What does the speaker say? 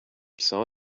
saw